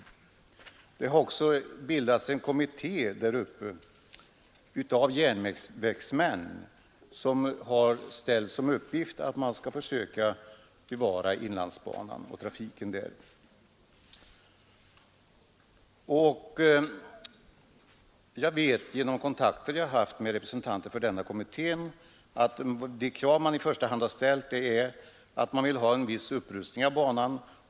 Järnvägsmännen där uppe har också bildat en kommitté, som har tagit som sin uppgift att försöka bevara banan och trafiken på den. Genom kontakter som jag haft med representanter för den kommittén vet jag att det krav som man i första hand ställer är att få en viss upprustning av banan.